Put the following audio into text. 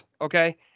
okay